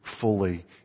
fully